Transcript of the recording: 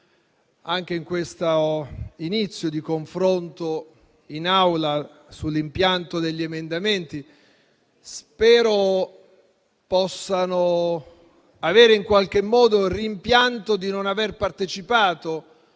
anche in questo inizio di confronto in Aula sull'impianto degli emendamenti. Spero possano avere in qualche modo rimpianto di non aver partecipato